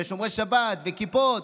ושומרי שבת וכיפות,